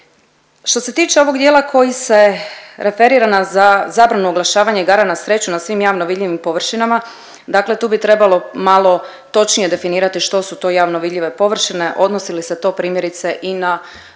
Što se tiče ovog dijela koji se referira na zabranu oglašavanja igara na sreću na svim javno vidljivim površinama, dakle tu bi trebalo malo točnije definirati što su to javno vidljive površine, odnosi li se to primjerice i na